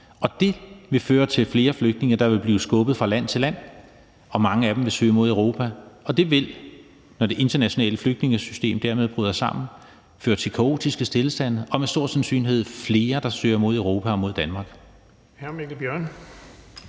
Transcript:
Det vil føre til flere flygtninge, der vil blive skubbet fra land til land. Mange af dem vil søge mod Europa, og det vil, når det internationale flygtningesystem dermed bryder sammen, føre til kaotiske tilstande og med stor sandsynlighed flere, der søger mod Europa og mod Danmark.